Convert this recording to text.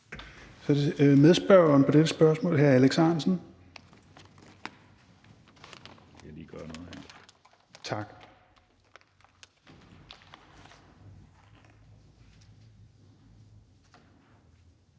Så er det medspørgeren på dette spørgsmål, hr. Alex Ahrendtsen.